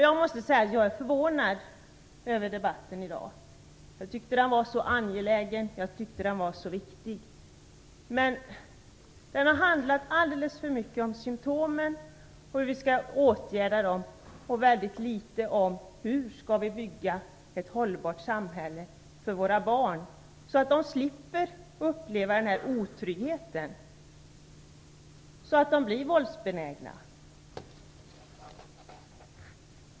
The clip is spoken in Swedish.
Jag måste säga att jag är förvånad över debatten i dag. Jag tyckte att den var så angelägen, så viktig. Den har handlat alldeles för mycket om symtomen och hur vi skall åtgärda dem och väldigt litet om hur vi skall bygga ett hållbart samhälle för våra barn, så att de slipper uppleva denna otrygghet och bli våldsbenägna.